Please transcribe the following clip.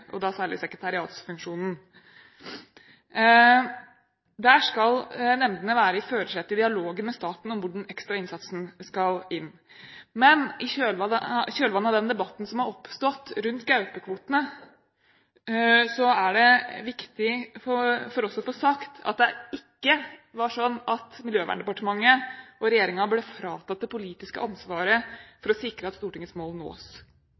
særlig sekretariatsfunksjonen: Nemndene skal være i førersetet i dialogen med staten om hvor den ekstra innsatsen skal inn. Men i kjølvannet av den debatten som har oppstått rundt gaupekvotene, er det viktig for oss å få sagt at det ikke var slik at Miljøverndepartementet og regjeringen ble fratatt det politiske ansvaret for å sikre at Stortingets mål nås.